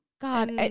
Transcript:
God